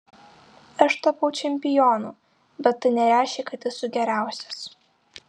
aš tapau čempionu bet tai nereiškia kad esu geriausias